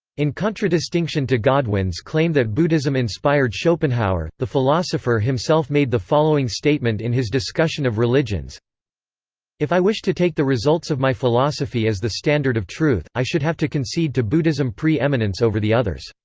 in contradistinction to godwin's claim that buddhism inspired schopenhauer, the philosopher himself made the following statement in his discussion of religions if i wished to take the results of my philosophy as the standard of truth, i should have to concede to buddhism pre-eminence over the others.